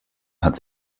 hat